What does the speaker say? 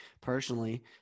personally